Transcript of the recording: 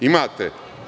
Imate?